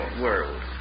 world